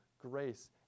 grace